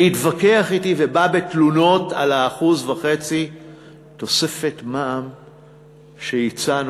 והתווכח אתי ובא בתלונות על ה-1.5% תוספת מע"מ שהצענו,